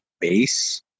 base